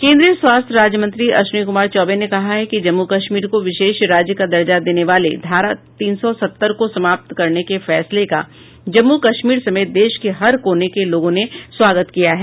केन्द्रीय स्वास्थ्य राज्य मंत्री अश्विनी कुमार चौबे ने कहा है कि जम्मू कश्मीर को विशेष राज्य का दर्जा देने वाले धारा तीन सौ सत्तर को समाप्त करने के फैसले का जम्मू कश्मीर समेत देश के हर कोने के लोगों ने स्वागत किया है